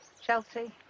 Chelsea